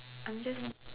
I'm just